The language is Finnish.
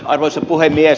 arvoisa puhemies